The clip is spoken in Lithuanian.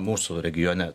mūsų regione